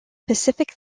pacific